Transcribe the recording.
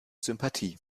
sympathie